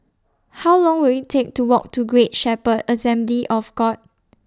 How Long Will IT Take to Walk to Great Shepherd Assembly of God